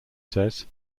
says